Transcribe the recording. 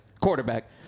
Quarterback